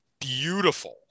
beautiful